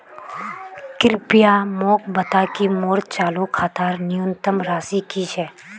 कृपया मोक बता कि मोर चालू खातार न्यूनतम राशि की छे